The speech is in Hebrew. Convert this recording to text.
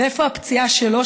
ואיפה הפציעה שלו?